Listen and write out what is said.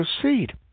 proceed